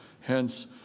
Hence